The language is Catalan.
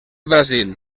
brasil